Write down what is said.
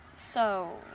so.